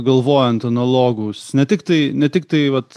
galvojant analogus ne tiktai ne tiktai vat